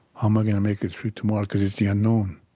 um i going to make it through tomorrow? because it's the unknown.